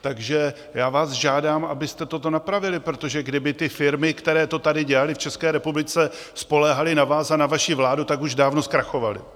Takže já vás žádám, abyste toto napravili, protože kdyby ty firmy, které to tady dělaly v České republice, spoléhaly navázat na vás a na vaši vládu, tak už dávno zkrachovaly!